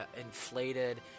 inflated